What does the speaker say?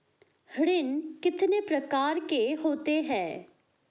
ऋण कितने प्रकार के होते हैं?